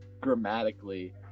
grammatically